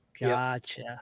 Gotcha